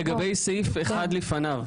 רגע, רגע, לגבי סעיף אחד לפניו.